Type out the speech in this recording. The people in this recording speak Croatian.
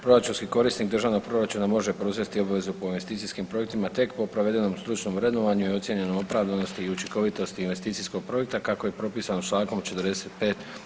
Proračunski korisnik državnog proračuna može preuzesti obvezu po investicijskim projektima tek po provedenom stručnom vrednovanju i ocijenjenoj opravdanosti i učinkovitosti investicijskog projekta kako je propisano čl. 45.